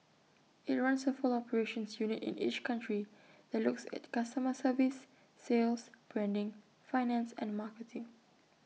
IT runs A full operations unit in each country that looks at customer service sales branding finance and marketing